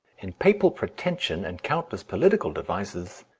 in papal pretension and countless political devices,